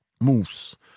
moves